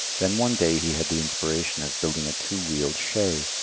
then one day he had the inspiration of building a two-wheeled shay,